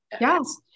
Yes